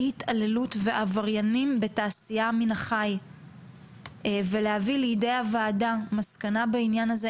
התעללות ועבריינים בתעשייה מן החי ולהביא לידי הוועדה מסקנה בעניין הזה,